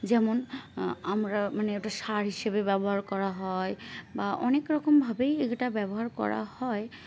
যেমন আমরা মানে ওটা সার হিসেবে ব্যবহার করা হয় বা অনেক রকমভাবেই এটা ব্যবহার করা হয়